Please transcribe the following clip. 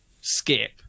skip